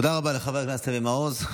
תודה רבה לחבר הכנסת אבי מעוז.